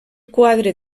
quadre